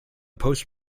post